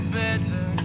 better